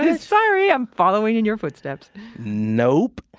ah sorry! i'm following in your footsteps nope,